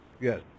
Yes